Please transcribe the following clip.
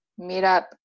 Meetup